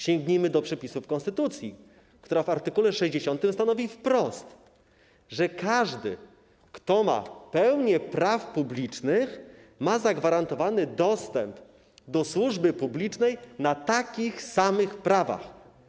Sięgnijmy do przepisów Konstytucji, która w art. 60 stanowi wprost, że każdy kto ma pełnię praw publicznych, ma zagwarantowany dostęp do służby publicznej na takich samych prawach.